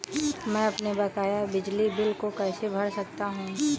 मैं अपने बकाया बिजली बिल को कैसे भर सकता हूँ?